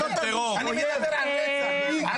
מה